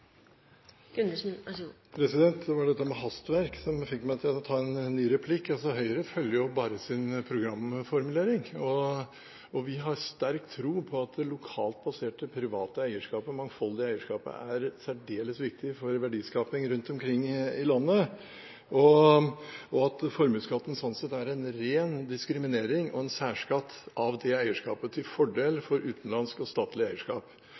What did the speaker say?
og for så vidt også utover i fylker og kommuner, kan ta de avgjørelsene uten at man trenger noe eget råd som skal bistå i den oppgaven. Det var dette med hastverk som fikk meg til å ta en ny replikk. Altså: Høyre følger jo bare sin programformulering. Vi har sterk tro på at det lokalt baserte private – og mangfoldige – eierskapet er særdeles viktig for verdiskaping rundt omkring i landet, og at formuesskatten sånn sett er en ren diskriminering og